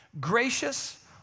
gracious